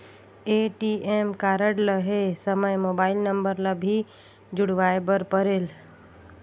ATM card लहे समय mobile number ला भी जुड़वाए बर परेल?